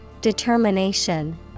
Determination